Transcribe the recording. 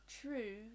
True